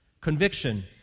conviction